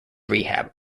rehab